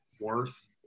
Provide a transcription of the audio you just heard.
worth